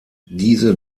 diese